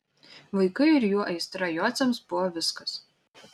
vaikai ir jų aistra jociams buvo viskas